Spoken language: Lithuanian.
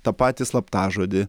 tą patį slaptažodį